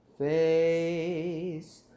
face